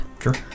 sure